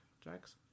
Jax